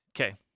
Okay